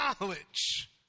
knowledge